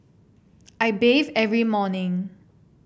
I bathe every morning